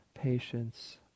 patience